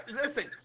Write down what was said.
listen